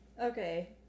Okay